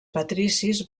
patricis